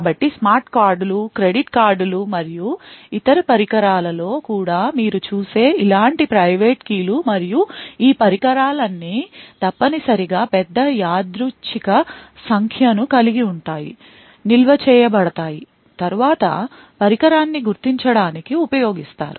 కాబట్టి స్మార్ట్ కార్డులు క్రెడిట్ కార్డులు మరియు ఇతర పరికరాల లో కూడా మీరు చూసే ఇలాంటి ప్రైవేట్ keyలు మరియు ఈ పరికరాలన్నీ తప్పనిసరిగా పెద్ద యాదృచ్ఛిక సంఖ్య ను కలిగి ఉంటాయి నిల్వ చేయబడతాయి తరువాత పరికరాన్ని గుర్తించడానికి ఉపయోగిస్తారు